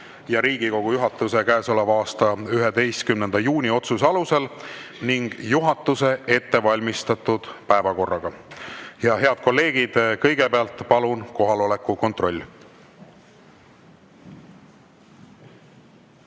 Riigikogu juhatuse käesoleva aasta 11. juuni otsuse alusel ning juhatuse ettevalmistatud päevakorraga. Head kolleegid, kõigepealt palun kohaloleku kontroll.